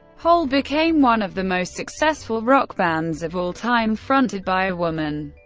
hole became one of the most successful rock bands of all time fronted by a woman.